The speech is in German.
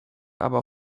aber